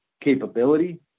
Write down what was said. capability